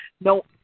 no